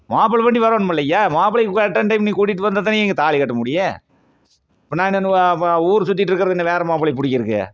மாப்பிளை வண்டி வரணும் இல்லையா மாப்பிளையை கரெக்டான டைம் நீ கூட்டிட்டு வந்தாதானயா இங்கே தாலி கட்ட முடியும் இப்போ நான் என்ன ஊர் சுத்திகிட்ருக்குறது இங்கே வேற மாப்பிளையை பிடிக்கிறக்கு